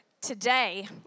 today